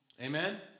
Amen